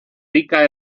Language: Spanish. ricas